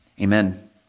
Amen